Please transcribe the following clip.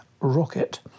Rocket